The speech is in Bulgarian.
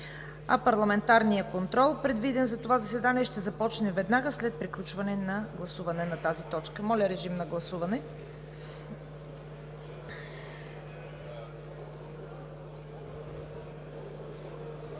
г. Парламентарният контрол, предвиден за това заседание, ще започне веднага след приключване на гласуването на тази точка. Моля, гласувайте.